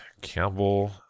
Campbell